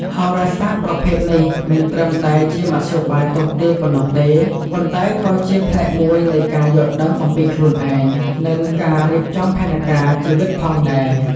ហោរាសាស្ត្រប្រភេទនេះមិនត្រឹមតែជាមធ្យោបាយទស្សន៍ទាយប៉ុណ្ណោះទេ ប៉ុន្តែក៏ជាផ្នែកមួយនៃការយល់ដឹងអំពីខ្លួនឯង និងការរៀបចំផែនការជីវិតផងដែរ។